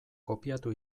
kopiatu